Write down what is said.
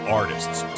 artists